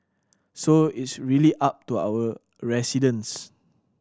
so it's really up to our residents